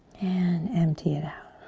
and empty it out.